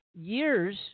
years